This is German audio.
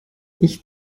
ich